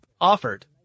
offered